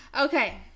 Okay